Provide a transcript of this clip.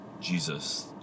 Jesus